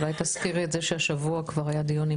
אולי תזכירי את זה שהשבוע כבר היה דיון עם